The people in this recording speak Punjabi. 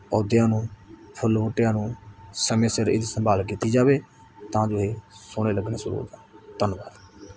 ਪੌਦਿਆਂ ਨੂੰ ਫੁੱਲ ਬੂਟਿਆਂ ਨੂੰ ਸਮੇਂ ਸਿਰ ਇਹਦੀ ਸੰਭਾਲ ਕੀਤੀ ਜਾਵੇ ਤਾਂ ਜੋ ਇਹ ਸੋਹਣੇ ਲੱਗਣੇ ਸ਼ੁਰੂ ਹੋ ਜਾਣ ਧੰਨਵਾਦ